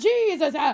Jesus